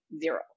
zero